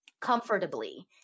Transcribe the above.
comfortably